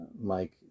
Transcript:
Mike